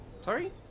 Sorry